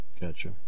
Gotcha